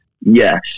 Yes